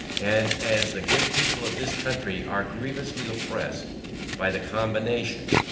and as the good people of this country are grievously oppressed by the combination,